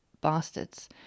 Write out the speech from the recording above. bastards